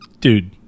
Dude